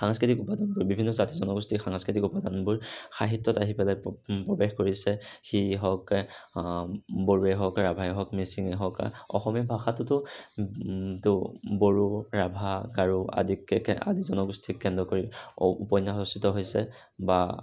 সাংস্কৃতিক উপাদানবোৰ বিভিন্ন জাতি জনগোষ্ঠীৰ সাংস্কৃতিক উপাদানবোৰ সাহিত্যত আহি পেলাই প্ৰৱেশ কৰিছে সেয়ে হওঁক বড়োয়ে হওঁক ৰাভায়ে হওঁক মিচিঙে হওঁক অসমীয়া ভাষাটোতো তো বড়ো ৰাভা গাৰো আদিকে আদি জনগোষ্ঠীক কেন্দ্ৰ কৰি উপন্যাস ৰচিত হৈছে বা